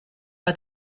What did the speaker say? pas